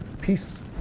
peace